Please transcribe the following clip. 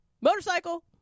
Motorcycle